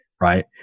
right